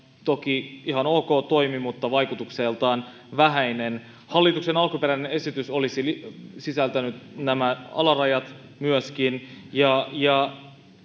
toki ihan ok toimi mutta vaikutukseltaan vähäinen hallituksen alkuperäinen esitys olisi sisältänyt nämä alarajat myöskin ja ja